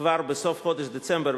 כבר בסוף חודש דצמבר,